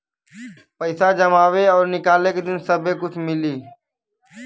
पैसा जमावे और निकाले के दिन सब्बे कुछ मिली